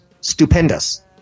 Stupendous